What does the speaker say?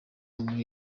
muri